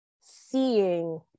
seeing